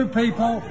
people